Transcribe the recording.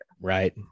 right